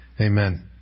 Amen